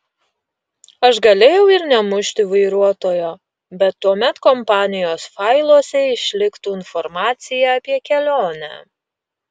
aš galėjau ir nemušti vairuotojo bet tuomet kompanijos failuose išliktų informacija apie kelionę